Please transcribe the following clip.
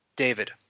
David